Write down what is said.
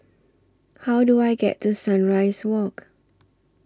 How Do I get to Sunrise Walk